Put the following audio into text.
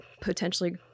potentially